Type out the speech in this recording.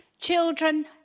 Children